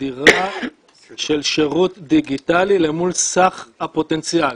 החדירה של שירות דיגיטלי למול סך הפוטנציאל.